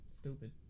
Stupid